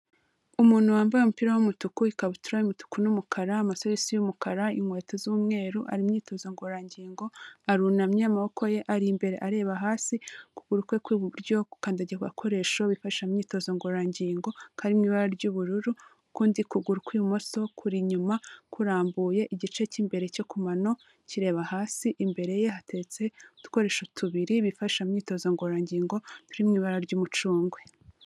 Umuntu wambaye umupira w'umutuku, ikabutura y'umutuku n'umukara, amasogisi y'umukara, inkweto z'umweru, ari imyitozo ngororangingo, arunamye, amaboko ye ari imbere areba hasi, ukuguru kwe kw'iburyo gukandagiye ku gakoresho bifasha mu myitozo ngororangingo, kari mu ibara ry'ubururu, ukundi kuguru kw'ibumoso kuri inyuma, kurambuye, igice cy'imbere cyo kumanano kireba hasi, imbere ye hatetse udukorerisho tubiri bifasha mu myitozo ngororangingo turi mu ibara ry'umucungwe.